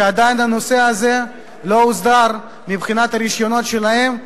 שעדיין הנושא הזה לא הוסדר מבחינת הרשיונות שלהם.